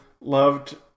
loved